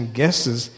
guesses